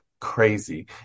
crazy